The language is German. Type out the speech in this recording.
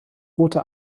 rote